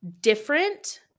different